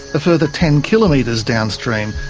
a further ten kilometres downstream,